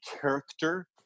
character